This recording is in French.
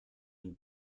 une